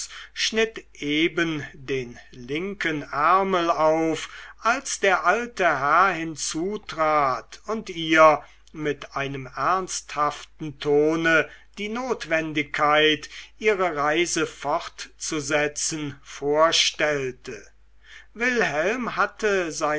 schnitt eben den linken ärmel auf als der alte herr hinzutrat und ihr mit einem ernsthaften tone die notwendigkeit ihre reise fortzusetzen vorstellte wilhelm hatte